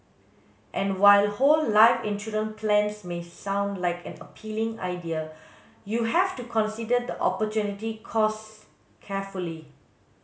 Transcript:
and while whole life insurance plans may sound like an appealing idea you have to consider the opportunity costs carefully